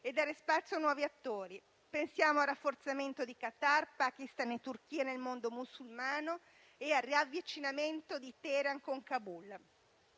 a dare spazio a nuovi attori: pensiamo al rafforzamento di Qatar, Pakistan e Turchia nel mondo musulmano e al riavvicinamento di Teheran con Kabul.